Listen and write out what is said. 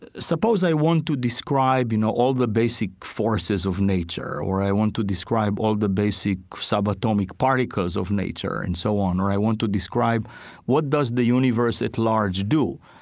suppose i want to describe, you know, all the basic forces of nature, or i want to describe all the basic subatomic particles of nature and so on, or i want to describe what does the universe at large do.